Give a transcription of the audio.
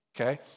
okay